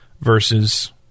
versus